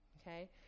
okay